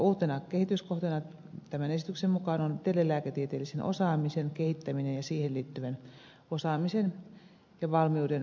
uutena kehityskohteena tämän esityksen mukaan on telelääketieteellisen osaamisen kehittäminen ja siihen liittyvän tietoteknisen osaamisen ja valmiuden parantaminen